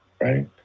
right